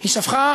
היא שפכה